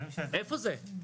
איפה זה?